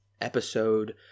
episode